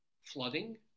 Flooding